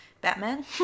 Batman